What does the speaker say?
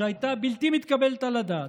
שהייתה בלתי מתקבלת על הדעת,